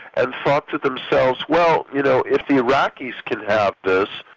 and thought to themselves, well, you know if the iraqis can have this,